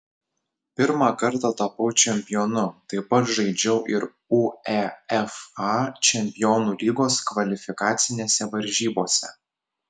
pirmą kartą tapau čempionu taip pat žaidžiau ir uefa čempionų lygos kvalifikacinėse varžybose